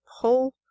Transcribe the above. pull